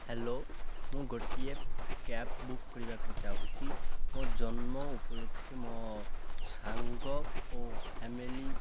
hello ମୁଁ ଗୋଟିଏ cab book କରିବାକୁ ଚାହୁଁଛି ମୋ ଜନ୍ମ ଉପଲକ୍ଷେ ମୋ ସାଙ୍ଗ ଓ ଫ୍ୟାମିଲି